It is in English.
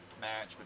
match